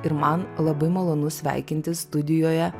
ir man labai malonu sveikintis studijoje